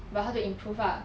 bout how to improve lah